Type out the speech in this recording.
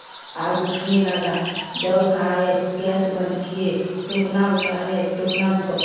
आग उठने लगा दौड़ के आए गैस बंद किए टोकना उतारे टोकना ब